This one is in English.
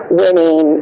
winning